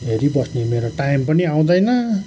हेरी बस्ने मेरो टाइम पनि आउँदैन